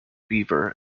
beaver